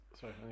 sorry